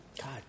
God